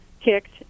kicked